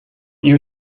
you